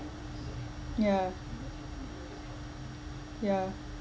yeah yeah